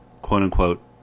quote-unquote